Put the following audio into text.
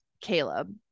Caleb